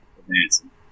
advancing